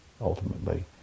ultimately